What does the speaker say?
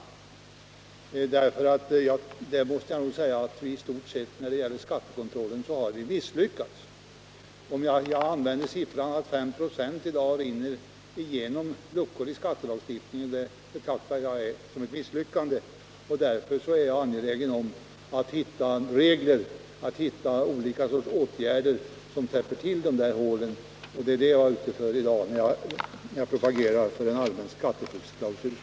I fråga om skattekontrollen måste jag nog säga att vi i stort sett har misslyckats. Att 5 96 av skatterna i dag rinner genom luckorna i skattelagstiftningen betraktar jag som ett misslyckande. Därför är jag angelägen om att finna åtgärder som kan täppa till de där hålen. Det är det jag har åsyftat när jag propagerat för en allmän skatteflyktsklausul.